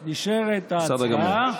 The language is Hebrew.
אדוני,